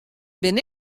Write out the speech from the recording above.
bin